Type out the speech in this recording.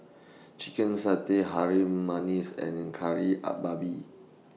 Chicken Satay Harum Manis and Kari Babi